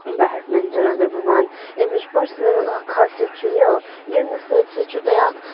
badminton اگر بہٕ وَنہٕ اَمِچ پٔرسٕنَل اَکھ خاصِیت چھُ یہِ گِنٛدنہٕ سۭتۍ سۭتۍ چھُ تۄہہِ اَکھ